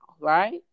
right